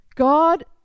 God